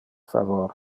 favor